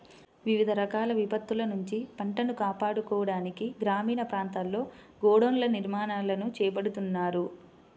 వివిధ రకాల విపత్తుల నుంచి పంటను కాపాడుకోవడానికి గ్రామీణ ప్రాంతాల్లో గోడౌన్ల నిర్మాణాలను చేపడుతున్నారు